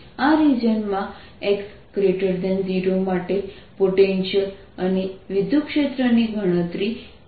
આ રિજન માં x0 માટે પોટેન્ટિઅલ અને વિદ્યુતક્ષેત્રની ગણતરી કરો